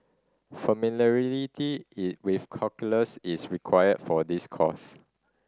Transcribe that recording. familiarity with calculus is required for this course